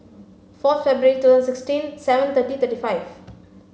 four February twenty sixteen seven thirty thirty five